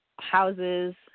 houses